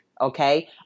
okay